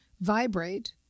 vibrate